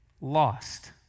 lost